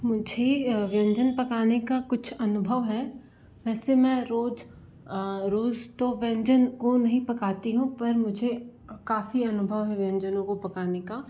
मुझे व्यंजन पकाने का कुछ अनुभव है वैसे मैं रोज़ रोज़ तो व्यंजन को नहीं पकाती हूँ पर मुझे काफ़ी अनुभव है व्यंजनों को पकाने का